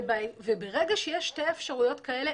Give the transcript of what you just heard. וברגע שיש שתי אפשרויות כאלה,